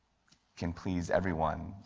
can please everyone,